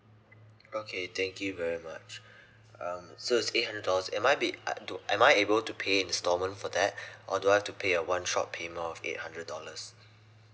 okay thank you very much um so it's eight hundred dollars am I be~ uh do am I able to pay instalment for that or do I have to pay a one shot payment of eight hundred dollars